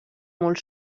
molt